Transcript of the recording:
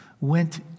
went